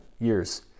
years